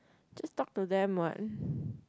just talk to them what